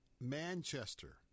Manchester